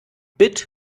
bit